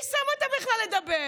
מי שם אותה בכלל לדבר?